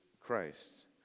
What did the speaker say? Christ